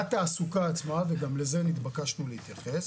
בתעסוקה עצמה גם לזה נתבקשנו להתייחס